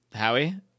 Howie